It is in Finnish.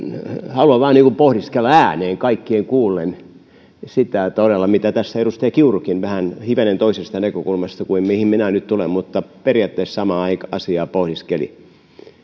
vaan pohdiskella ääneen kaikkien kuullen todella sitä mitä tässä edustaja kiurukin vähän pohdiskeli hivenen toisesta näkökulmasta kuin mihin minä nyt tulen mutta periaatteessa samaa asiaa pohdiskeli